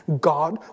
God